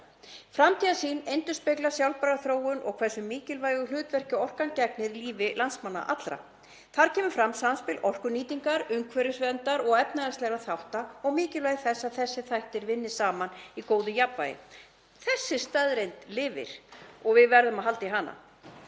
„Framtíðarsýnin endurspeglar sjálfbæra þróun og hversu mikilvægu hlutverki orkan gegnir í lífi landsmanna allra. Þar kemur fram samspil orkunýtingar, umhverfisverndar og efnahagslegra þátta, og mikilvægi þess að þessir þættir vinni saman í góðu jafnvægi.“ Þessi staðreynd lifir og við verðum að halda í hana.